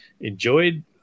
enjoyed